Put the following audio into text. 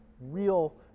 real